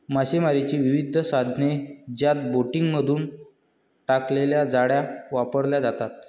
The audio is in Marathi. मासेमारीची विविध साधने ज्यात बोटींमधून टाकलेल्या जाळ्या वापरल्या जातात